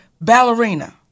ballerina